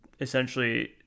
essentially